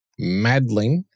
Madling